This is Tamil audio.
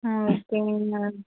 ம் ஓகேங்க மிஸ்